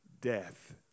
death